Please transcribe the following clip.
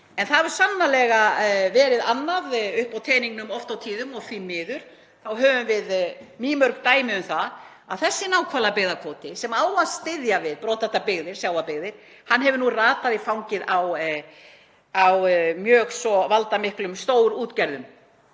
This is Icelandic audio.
en það hefur sannarlega verið annað uppi á teningnum oft og tíðum, því miður. Við höfum mýmörg dæmi um það að nákvæmlega þessi byggðakvóti, sem á að styðja við brothættar byggðir, sjávarbyggðir, hann hafi nú ratað í fangið á mjög svo valdamiklum stórútgerðum